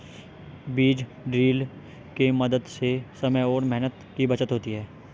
बीज ड्रिल के मदद से समय और मेहनत की बचत होती है